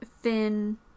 Finn